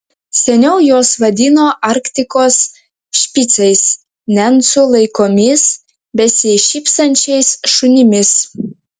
seniau juos vadino arktikos špicais nencų laikomis besišypsančiais šunimis